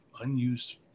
unused